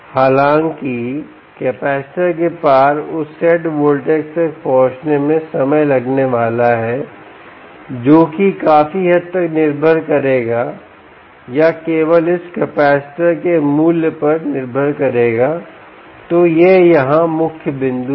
हालाँकि कैपेसिटर के पार उस सेट वोल्टेज तक पहुँचने में समय लगने वाला है जो कि काफी हद तक निर्भर करेगा या केवल इस कैपेसिटर के मूल्य पर निर्भर करेगा तो यह यहाँ मुख्य बिंदु है